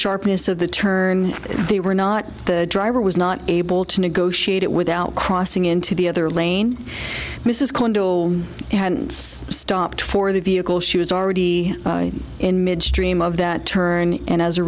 sharpness of the turn they were not the driver was not able to negotiate it without crossing into the other lane mrs condo and stopped for the vehicle she was already in midstream of that turn and as a